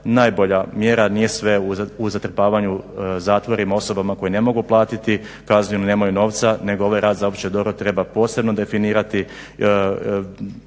najbolja mjera. Nije sve u zatrpavanju zatvorima osobama koje ne mogu platiti kaznu ili nemaju novca nego ovaj rad za opće dobro treba posebno definirati,